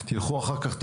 תלכו אחר כך,